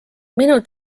minu